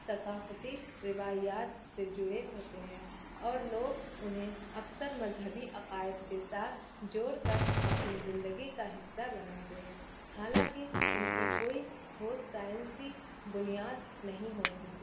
ثقافتی روایات سے جڑے ہوتے ہیں اور لوگ انہیں اکثر مذہبی عقائد کے ساتھ جوڑ کر اپنی زندگی کا حصہ بناتے ہیں حالانکہ ان کی کوئی ٹھوس سائنسی بنیاد نہیں ہوتی